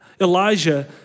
Elijah